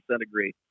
agree